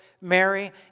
Mary